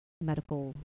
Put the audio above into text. medical